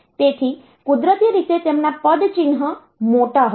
તેથી કુદરતી રીતે તેમના પદચિહ્ન મોટા હશે